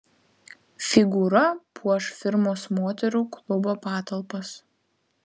figūra puoš firmos moterų klubo patalpas